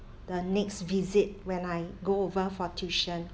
the next visit when I go over for tuition